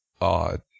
odd